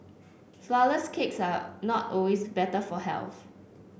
flourless cakes are not always better for health